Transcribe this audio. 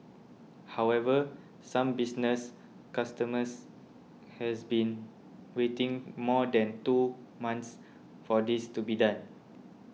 however some business customers has been waiting more than two months for this to be done